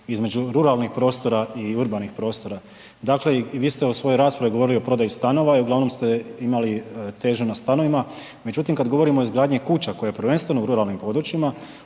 između ruralnih prostora i urbanih prostora. Dakle i vi se u svojoj raspravi govorili o prodaji stanova i uglavnom ste imali težnju na stanovima. Međutim, kad govorimo o izgradnji kuća koje je prvenstveno u ruralnim područjima,